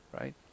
right